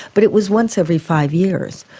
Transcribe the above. but it was once every five years.